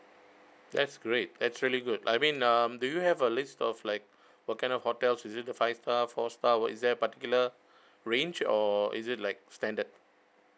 that's great that's really good I mean um do you have a list of like what kind of hotels is it a five star four star were is there a particular range or is it like standard